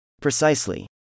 Precisely